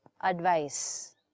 advice